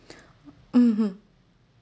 mmhmm